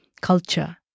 culture